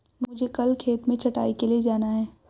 मुझे कल खेत में छटाई के लिए जाना है